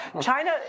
China